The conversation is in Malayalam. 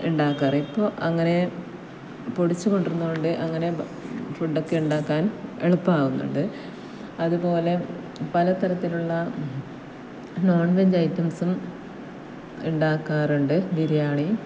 ഉണ്ടാക്കാറ് ഇപ്പോൾ അങ്ങനെ പൊടിച്ചു കൊണ്ടുവരുന്നതുകൊണ്ട് അങ്ങനെ ഫുഡ്ഡൊക്കെ ഉണ്ടാക്കാൻ എളുപ്പമാവുന്നുണ്ട് അതുപോലെ പലതരത്തിലുള്ള നോൺവെജ് ഐറ്റംസും ഉണ്ടാക്കാറുണ്ട് ബിരിയാണി